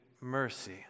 mercy